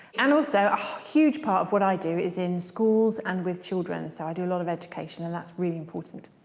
and also a huge part of what i do is in schools and with children so i do a lot of education and that's what's really important.